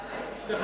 תודה רבה.